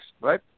right